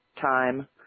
time